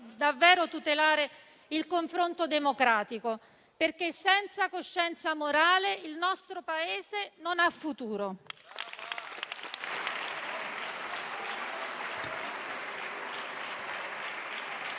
davvero il confronto democratico, perché senza coscienza morale il nostro Paese non ha futuro.